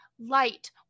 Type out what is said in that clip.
Light